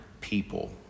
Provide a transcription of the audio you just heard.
people